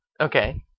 okay